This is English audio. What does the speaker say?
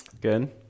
Good